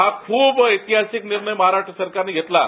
हा ख्रूप ऐतिहासिक निर्णय महाराष्ट्र सरकारनं घेतला आहे